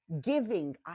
giving